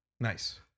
Nice